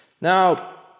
Now